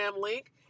link